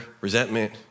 resentment